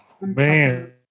man